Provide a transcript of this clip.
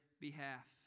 behalf